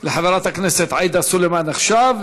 חברת הכנסת עאידה סלימאן עכשיו,